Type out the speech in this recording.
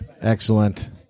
Excellent